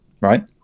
right